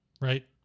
right